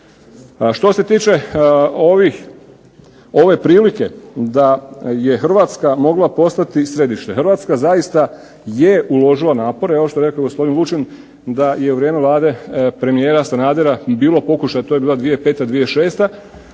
Što se tiče ove prilike da je Hrvatska mogla postati središte, Hrvatska zaista je uložila napore i ovo što je rekao gospodin Lučin da je u vrijeme Vlade premijera Sanadera bilo pokušaja to je bila 2005., 2006.